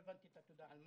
תודה.